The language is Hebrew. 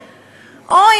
אוי,